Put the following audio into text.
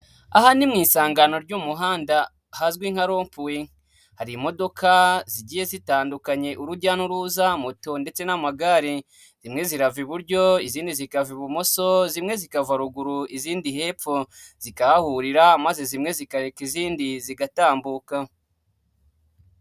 Aha ni mu isangano ry'umuhanda hazwi nka rompuwe, hari imodoka zigiye zitandukanye urujya n'uruza moto ndetse n'amagare, zimwe zirava iburyo izindi zikava ibumoso, zimwe zikava ruguru izindi hepfo zikahahurira maze zimwe zikareka izindi zigatambuka.